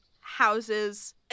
houses